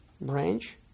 branch